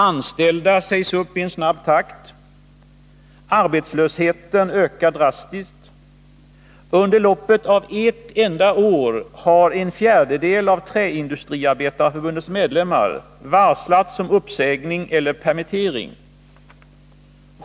Anställda sägs upp i snabb takt. Arbetslösheten ökar drastiskt. Under loppet av ett enda år har en fjärdedel av Träindustriarbetareförbundets medlemmar . varslats om uppsägning eller permittering.